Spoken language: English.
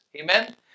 Amen